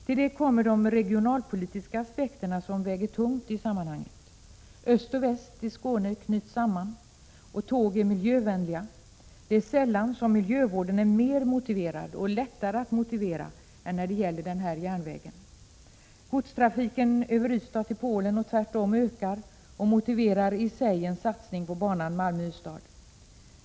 Till detta kommer de regionalpolitiska aspekterna, som väger tungt i sammanhanget. Öst och väst i Skåne knyts samman. Tåg är miljövänliga. Det är sällan miljövården är mer motiverad eller lättare att motivera än när det gäller denna järnväg. Godstrafiken över Ystad till Polen och tvärtom ökar och motiverar i sig en satsning på banan Malmö-Ystad.